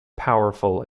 powerful